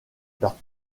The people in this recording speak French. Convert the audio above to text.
leurs